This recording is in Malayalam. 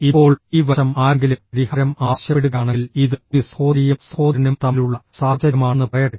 ഇപ്പോൾ ഈ വശം ആരെങ്കിലും പരിഹാരം ആവശ്യപ്പെടുകയാണെങ്കിൽ ഇത് ഒരു സഹോദരിയും സഹോദരനും തമ്മിലുള്ള സാഹചര്യമാണെന്ന് പറയട്ടെ